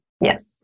Yes